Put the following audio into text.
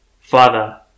Father